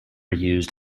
used